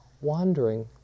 wandering